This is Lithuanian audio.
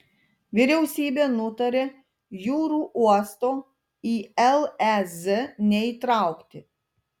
vyriausybė nutarė jūrų uosto į lez neįtraukti